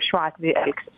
šiuo atveju elgsis